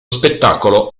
spettacolo